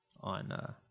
on